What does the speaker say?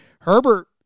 Herbert